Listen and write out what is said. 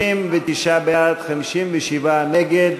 59 בעד, 57 נגד.